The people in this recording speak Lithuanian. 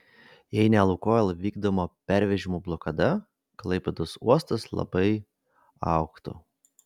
jei ne lukoil vykdoma pervežimų blokada klaipėdos uostas labai augtų